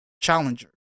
Challenger